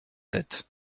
tête